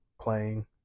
playing